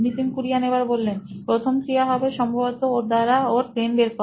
Nitin Kurian C O O নোইন electronics প্রথম ক্রিয়া হবে সম্ভবত ওর দ্বারা ওর পেন বের করা